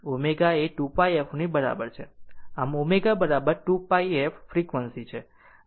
આમ તે ω ω બરાબર 2πf F ફ્રેક્વંસી છે આમ તે એન્ટિકલોક દિશામાં ફરી રહી છે